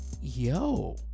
Yo